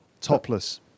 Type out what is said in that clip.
Topless